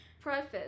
Preface